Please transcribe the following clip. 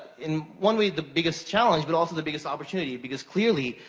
in one way, the biggest challenge, but also the biggest opportunity. because clearly,